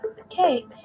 Okay